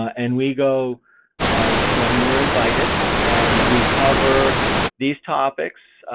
and we go when we're invited, and we cover these topics,